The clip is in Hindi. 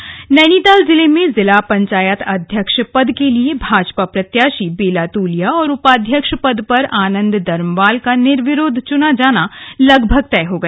पंचायत चुनाव नैनीताल जिले में जिला पंचायत अध्यक्ष पद के लिए भाजपा प्रत्याशी बेला तोलिया और उपाध्यक्ष पद पर आनन्द दर्मवाल का निर्विरोध चुना जाना लगभग तय हो गया